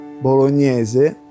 bolognese